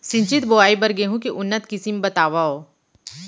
सिंचित बोआई बर गेहूँ के उन्नत किसिम बतावव?